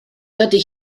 dydy